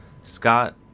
Scott